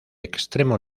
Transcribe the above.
extremo